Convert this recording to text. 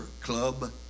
club